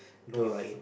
tour